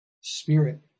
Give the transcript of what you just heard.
spirit